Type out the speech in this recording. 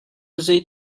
zei